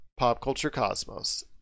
PopCultureCosmos